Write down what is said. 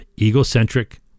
Egocentric